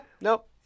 nope